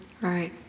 Right